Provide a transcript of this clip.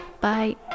Bye